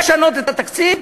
לשנות את התקציב,